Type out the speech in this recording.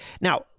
Now